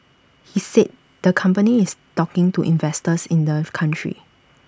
he said the company is talking to investors in the country